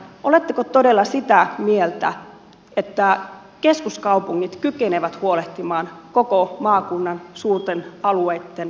oletteko todella sitä mieltä että keskuskaupungit kykenevät huolehtimaan koko maakunnan suurten alueitten aluekehityksestä